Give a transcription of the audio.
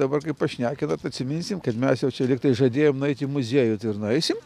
dabar kaip pašnekinot atsiminsim kad mes jau čia lygtai žadėjom nueit į muziejų tai ir nueisim